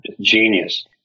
genius